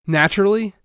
naturally